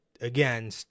again